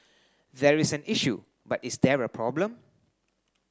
there is an issue but is there a problem